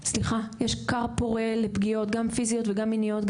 סליחה, יש כר פורה לפגיעות, גם פיזיות וגם מיניות.